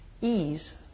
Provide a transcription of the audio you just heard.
ease